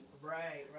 right